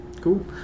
cool